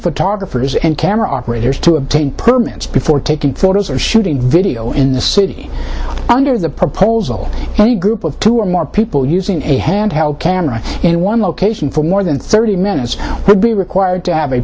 photographers and camera operators to obtain permits before taking photos or shooting video in the city under the proposal any group of two or more people using a hand held camera in one location for more than thirty minutes would be required to have a